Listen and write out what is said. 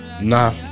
Nah